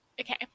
Okay